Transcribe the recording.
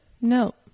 No